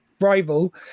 rival